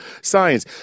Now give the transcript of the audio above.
science